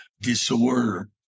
disorder